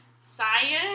Science